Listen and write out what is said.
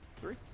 Three